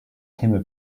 timber